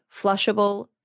flushable